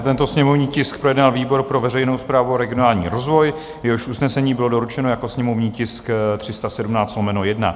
Tento sněmovní tisk projednal výbor pro veřejnou správu a regionální rozvoj, jehož usnesení bylo doručeno jako sněmovní tisk 317/1.